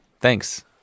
Thanks